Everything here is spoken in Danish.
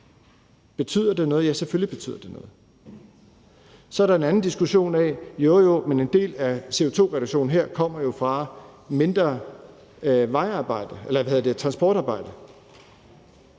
Betydet det noget? Ja, selvfølgelig betyder det noget. Så er der en anden diskussion, hvor man siger: Jo jo, men en del af CO2-reduktionen kommer jo fra mindre transportarbejde.